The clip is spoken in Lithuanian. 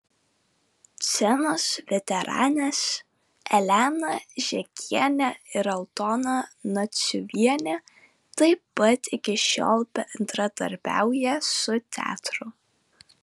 scenos veteranės elena žekienė ir aldona naciuvienė taip pat iki šiol bendradarbiauja su teatru